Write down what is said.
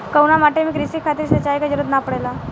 कउना माटी में क़ृषि खातिर सिंचाई क जरूरत ना पड़ेला?